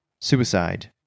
suicide